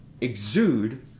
exude